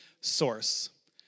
source